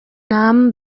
namen